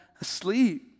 asleep